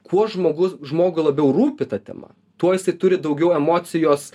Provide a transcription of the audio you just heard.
kuo žmogus žmogų labiau rūpi ta tema tuo jisai turi daugiau emocijos